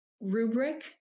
rubric